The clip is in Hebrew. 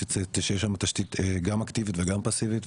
שתהיה שם תשתית גם אקטיבית וגם פסיבית,